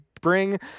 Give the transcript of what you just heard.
bring